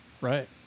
Right